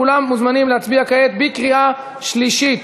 כולם מוזמנים להצביע כעת בקריאה שלישית.